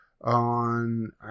on